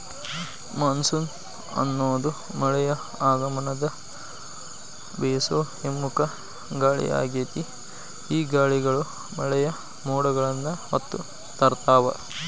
monsoon ಅನ್ನೋದು ಮಳೆಯ ಆಗಮನದ ಬೇಸೋ ಹಿಮ್ಮುಖ ಗಾಳಿಯಾಗೇತಿ, ಈ ಗಾಳಿಗಳು ಮಳೆಯ ಮೋಡಗಳನ್ನ ಹೊತ್ತು ತರ್ತಾವ